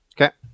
Okay